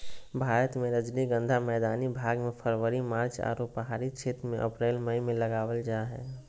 भारत मे रजनीगंधा मैदानी भाग मे फरवरी मार्च आरो पहाड़ी क्षेत्र मे अप्रैल मई मे लगावल जा हय